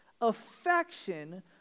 affection